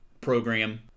program